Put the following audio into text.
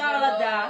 אפשר לדעת.